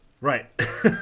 Right